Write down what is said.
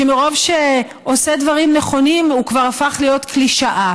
שמרוב שעושה דברים נכונים הוא כבר הפך להיות קלישאה,